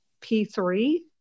P3